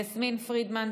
יסמין פרידמן,